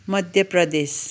Madhya Pradesh